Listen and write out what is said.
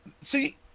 See